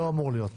לא אמור להיות.